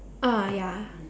ah ya